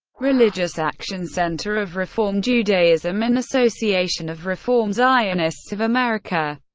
religious action center of reform judaism and association of reform zionists of america,